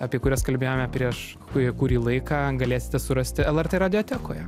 apie kurias kalbėjome prieš kurį kurį laiką galėsite surasti lrt radiotekoje